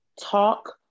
talk